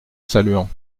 saluant